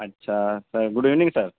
اچھا sir good evening سر